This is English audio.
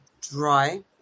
dry